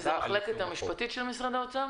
זו המחלקה המשפטית של משרד האוצר?